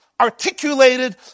articulated